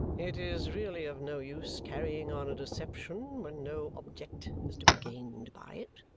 it is really of no use carrying on a deception when no object is to be gained by it,